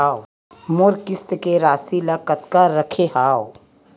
मोर किस्त के राशि ल कतका रखे हाव?